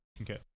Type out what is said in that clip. Okay